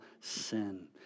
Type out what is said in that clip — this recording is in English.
sin